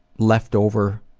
leftover